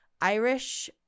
irish